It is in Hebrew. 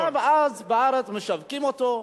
בארץ משווקים אותו,